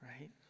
right